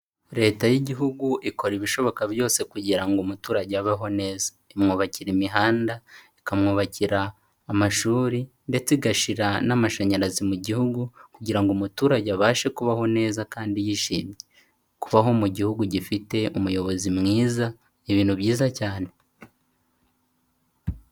Leta y'igihugu ikora ibishoboka byose kugira ngo umuturage abeho neza. Imwubakira imihanda, ikamwubakira amashuri ndetse igashira n'amashanyarazi mu gihugu kugira ngo umuturage abashe kubaho neza kandi yishimiye. Kubaho mu gihugu gifite umuyobozi mwiza ni ibintu byiza cyane.